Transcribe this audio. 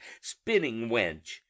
spinning-wench